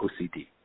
OCD